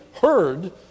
heard